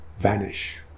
vanish